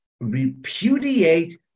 repudiate